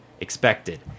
expected